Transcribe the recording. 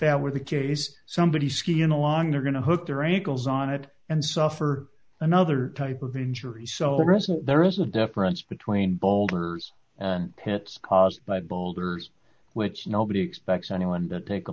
that were the case somebody ski in along they're going to hook their ankles on it and suffer another type of injury so present there is a difference between boulders and pits caused by boulders which nobody expects anyone that take a